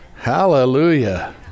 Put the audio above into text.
Hallelujah